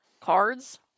cards